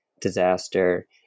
disaster